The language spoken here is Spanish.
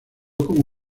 como